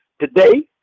today